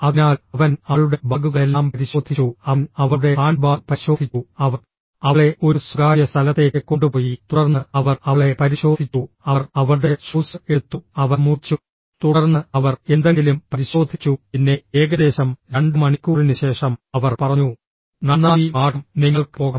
അതിനാൽ അവൻ അവളുടെ ബാഗുകളെല്ലാം പരിശോധിച്ചു അവൻ അവളുടെ ഹാൻഡ്ബാഗ് പരിശോധിച്ചു അവർ അവളെ ഒരു സ്വകാര്യ സ്ഥലത്തേക്ക് കൊണ്ടുപോയി തുടർന്ന് അവർ അവളെ പരിശോധിച്ചു അവർ അവളുടെ ഷൂസ് എടുത്തു അവർ മുറിച്ചു തുടർന്ന് അവർ എന്തെങ്കിലും പരിശോധിച്ചു പിന്നെ ഏകദേശം രണ്ട് മണിക്കൂറിന് ശേഷം അവർ പറഞ്ഞു നന്നായി മാഡം നിങ്ങൾക്ക് പോകാം